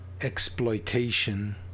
Exploitation